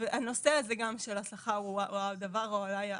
הנושא הזה של השכר הוא גם אולי הדבר הפחות